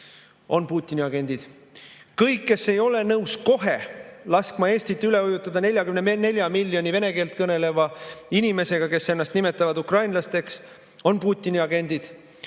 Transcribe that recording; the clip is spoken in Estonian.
on Putini agendid. Kõik, kes ei ole nõus kohe laskma Eestit üle ujutada 44 miljoni vene keelt kõneleva inimesega, kes ennast nimetavad ukrainlasteks, on Putini agendid.